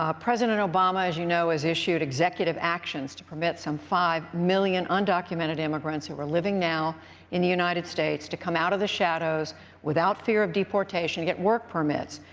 ah president obama, as you know, has issued executive actions to permit some five million undocumented immigrants who are living now in the united states to come out of the shadows without fear of deportation to get work permits.